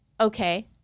Okay